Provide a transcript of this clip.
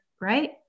Right